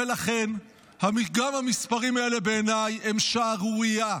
ולכן גם המספרים האלה בעיניי הם שערורייה.